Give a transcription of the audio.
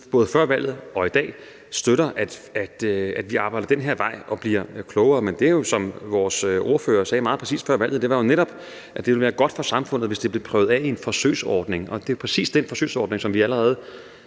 både før valget og i dag støtter, at vi arbejder den her vej og bliver klogere. Men det, som vores ordfører sagde meget præcist før valget, var jo netop, at det ville være godt for samfundet, hvis det blev prøvet af i en forsøgsordning. Og det er præcis den forsøgsordning, som vi allerede